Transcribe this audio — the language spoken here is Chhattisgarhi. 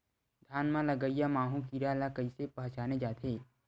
धान म लगईया माहु कीरा ल कइसे पहचाने जाथे?